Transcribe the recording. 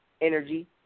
energy